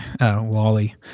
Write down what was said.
Wally